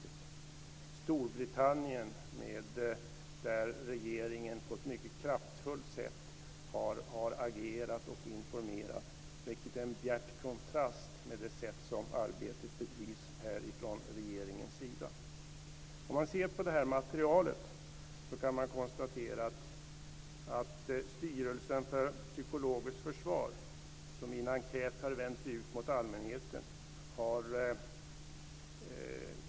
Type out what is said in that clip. I Storbritannien har regeringen på ett mycket kraftfullt sätt agerat och informerat, vilket står i en bjärt kontrast till det sätt på vilket arbetet bedrivs från regeringens sida. Styrelsen för psykologiskt försvar har gått ut med en enkät till allmänheten.